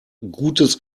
gutes